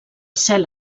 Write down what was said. cel